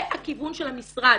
זה הכיוון של המשרד.